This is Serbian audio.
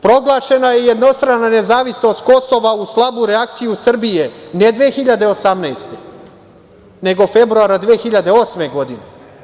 Proglašena je jednostrana nezavisnost Kosova uz slabu reakciju Srbije, ne 2018. nego februara 2008. godine.